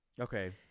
Okay